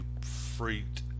freaked